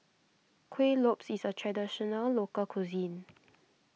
Kuih Lopes is a Traditional Local Cuisine